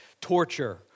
torture